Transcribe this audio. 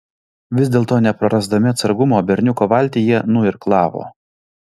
vis dėlto neprarasdami atsargumo berniuko valtį jie nuirklavo